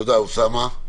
תודה, אוסאמה.